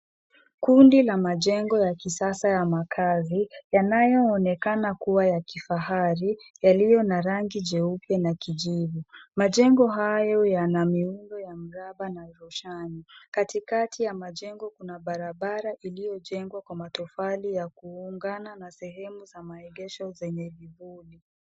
Kundi la majengo ya kisasa ya makazi yanayoonekana kuwa ya kifahari yaliyo na rangi nyeupe na kijivu. Majengo hayo yana miundo ya mraba na roshani. Katikati ya majengo kuna barabara iliyojengwa kwa matofali ya kuungana na sehemu za maegesho zenye vivuli.